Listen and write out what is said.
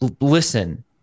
listen